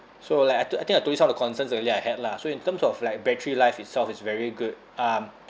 so like I to~ I think I told you some of the concerns already I had lah so in terms of like battery life itself is very good um